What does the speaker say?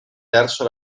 verso